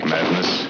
Madness